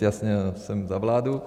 Jasně, jsem za vládu.